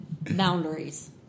Boundaries